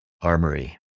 armory